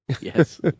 Yes